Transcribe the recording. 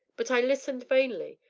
but i listened vainly,